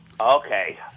Okay